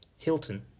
Hilton